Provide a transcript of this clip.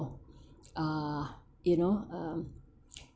uh you know um